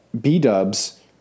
B-dubs